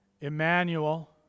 Emmanuel